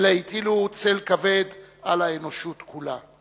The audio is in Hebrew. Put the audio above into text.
אלא הטילו צל כבד על האנושות כולה,